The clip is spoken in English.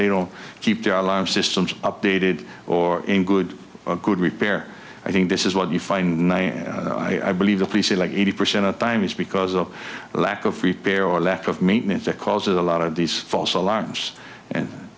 they don't keep their alarm systems updated or in good good repair i think this is what you find i believe that we should like eighty percent of the time it's because of a lack of free pair or lack of maintenance that causes a lot of these false alarms and